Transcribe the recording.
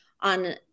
on